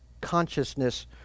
consciousness